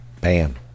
bam